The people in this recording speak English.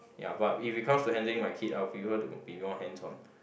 ya but if it comes to handling my kid I will prefer to be more hands on